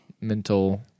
mental